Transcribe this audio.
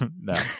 No